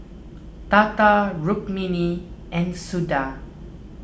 Tata Rukmini and Suda